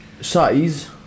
Size